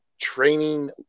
training